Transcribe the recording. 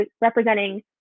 representing